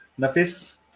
Nafis